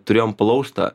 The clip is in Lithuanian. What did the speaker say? turėjome plaustą